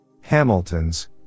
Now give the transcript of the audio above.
Hamilton's